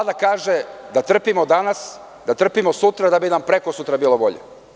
Vlada kaže da trpimo danas, da trpimo sutra, da bi nam prekosutra bilo bolje.